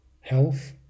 health